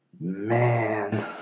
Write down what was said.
man